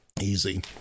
Easy